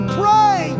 pray